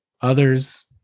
others